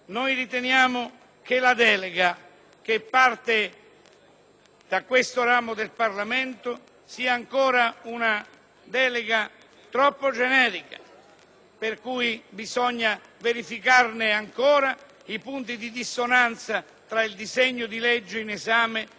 da questo ramo del Parlamento sia ancora troppo generica, per cui bisogna verificare ancora i punti di dissonanza tra il disegno di legge in esame e la logica intera della nostra Carta costituzionale.